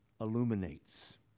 illuminates